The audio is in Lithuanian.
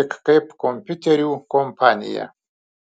tik kaip kompiuterių kompaniją